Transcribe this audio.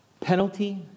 penalty